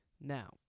Now